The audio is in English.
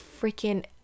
freaking